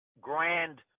grand